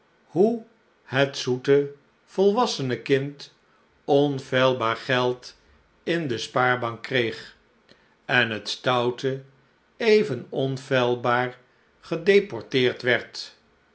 hoe het zoete volwassene kind onfeilbaar geld in de spaarbank kreeg en het stoute even onfeilbaar gedeporteerd werd